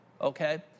okay